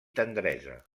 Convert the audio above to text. tendresa